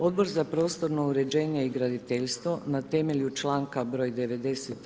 Odbor za prostorno uređenje i graditeljstvo na temelju članka broj 93.